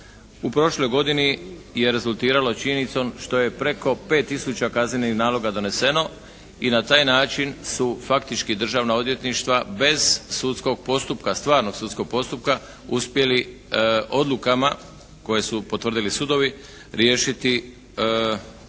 u prošloj godini je rezultiralo činjenicom što je preko 5 tisuća kaznenih naloga doneseno i na taj način su faktički državna odvjetništva bez sudskog postupka, stvarnog sudskog postupka uspjeli odlukama koje su potvrdili sudovi riješiti